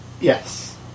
Yes